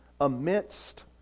amidst